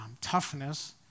toughness